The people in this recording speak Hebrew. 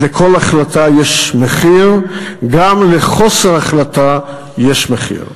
ולכל החלטה יש מחיר, גם לחוסר החלטה יש מחיר.